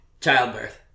childbirth